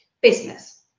business